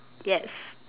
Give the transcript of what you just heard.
yes